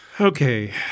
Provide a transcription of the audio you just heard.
Okay